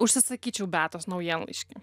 užsisakyčiau beatos naujienlaiškį